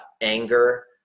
anger